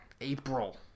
April